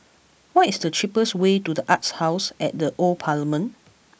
what is the cheapest way to The Arts House at the Old Parliament